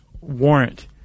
warrant